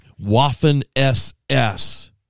Waffen-SS